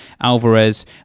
Alvarez